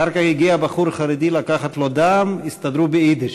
אחר כך הגיע בחור חרדי לקחת לו דם, הסתדרו ביידיש.